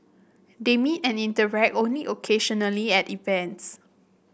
they meet and interact only occasionally at events